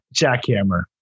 jackhammer